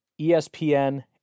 ESPN